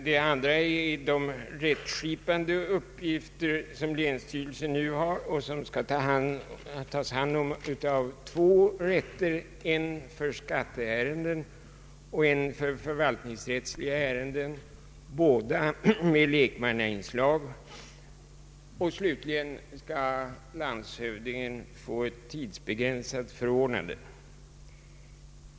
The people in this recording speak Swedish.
Det andra är de rättsskipande uppgifter som länsstyrelsen nu har och som skall tas om hand av två förvaltningsrätter, en för skatteärenden och en för förvaltningsrättsliga ärenden, båda med lekmannainslag. Slutligen skall landshövdingen få tidsbegränsat förordnande.